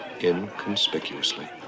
inconspicuously